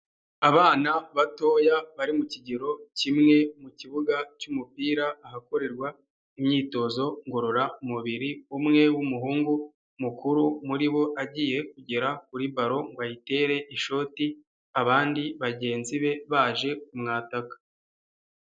Abana batoya bari mu kigero kimwe mu kibuga cy'umupira ahakorerwa imyitozo ngororamubiri. Umwe w'umuhungu mukuru muri bo agiye kugera kuri baro ngo ayitere ishoti abandi bagenzi be baje kumwataka.